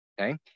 Okay